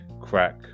Crack